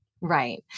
Right